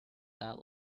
that